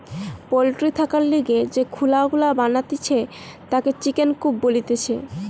poultry থাকার লিগে যে খুলা গুলা বানাতিছে তাকে চিকেন কূপ বলতিছে